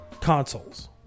consoles